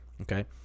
Okay